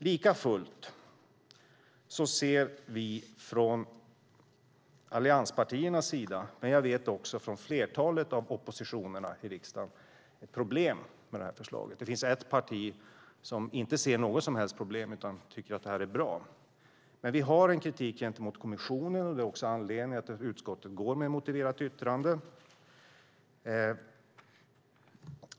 Likafullt ser vi från allianspartiernas sida - men också från flertalet av oppositionspartierna i riksdagen - problem med förslaget. Det finns ett parti som inte ser något som helst problem utan tycker att detta är bra. Men vi har en kritik gentemot kommissionen, och det är också anledningen till att utskottet gör ett motiverat yttrande.